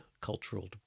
cultural